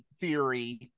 theory